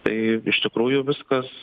tai iš tikrųjų viskas